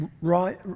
Right